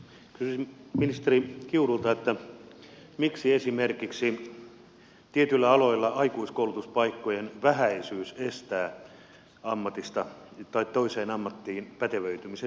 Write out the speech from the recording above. kysyisin ministeri kiurulta miksi esimerkiksi tietyillä aloilla aikuiskoulutuspaikkojen vähäisyys estää toiseen ammattiin pätevöitymisen